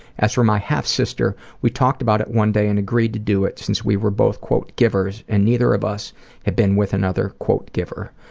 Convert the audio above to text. as for my half-sister, we talked about it one day and agreed to do it since we were both givers and neither of us had been with another giver.